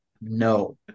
No